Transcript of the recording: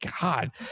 God